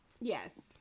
Yes